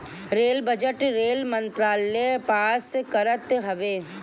rail budget rail मंत्रालय pass करत हवे